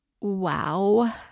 wow